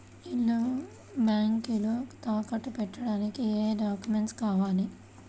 ఇల్లు బ్యాంకులో తాకట్టు పెట్టడానికి ఏమి డాక్యూమెంట్స్ కావాలి?